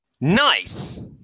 Nice